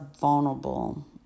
vulnerable